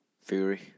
Fury